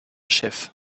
chef